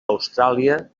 austràlia